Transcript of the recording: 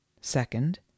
Second